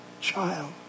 child